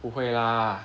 不会啊